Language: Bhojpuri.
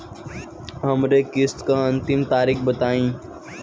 हमरे किस्त क अंतिम तारीख बताईं?